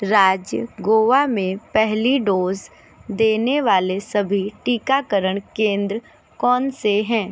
राज्य गोवा में पहली डोज़ देने वाले सभी टीकाकरण केंद्र कौन से हैं